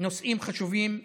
נושאים חשובים קדימה.